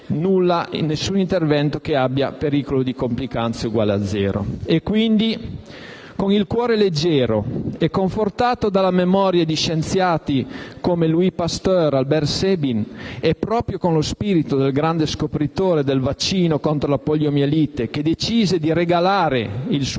alcun intervento che abbia pericolo di complicanze uguale a zero. Quindi, con il cuore leggero, confortato dalla memoria di scienziati come Louis Pasteur e Albert Sabin e proprio con lo spirito del grande scopritore del vaccino contro la poliomielite, che decise di regalare il suo brevetto